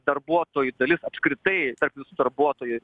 darbuotojų dalis apskritai tarp visų darbuotojų